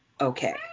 okay